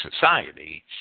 society